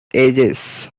ages